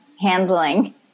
handling